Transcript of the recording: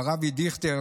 מר אבי דיכטר,